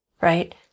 right